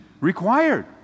required